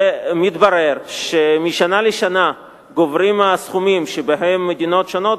ומתברר שמשנה לשנה גוברים הסכומים שמדינות שונות,